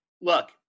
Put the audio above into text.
look